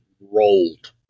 rolled